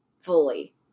fully